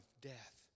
death